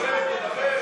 תדבר, תדבר.